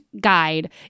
guide